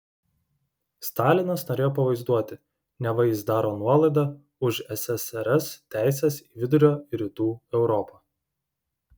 stalinas norėjo pavaizduoti neva jis daro nuolaidą už ssrs teises į vidurio ir rytų europą